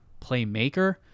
playmaker